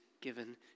given